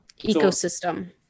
ecosystem